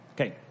Okay